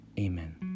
Amen